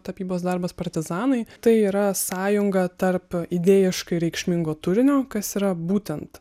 tapybos darbas partizanai tai yra sąjunga tarp idėjiškai reikšmingo turinio kas yra būtent